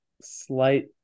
slight